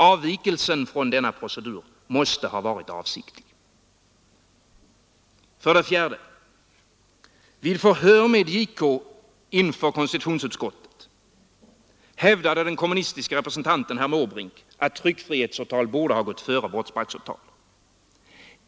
Avvikelsen från denna procedur måste ha varit avsiktlig. 4. Vid förhör med JK inför konstitutionsutskottet hävdade den kommunistiske representanten herr Måbrink att tryckfrihetsåtal borde ha gått före brottsbalksåtal.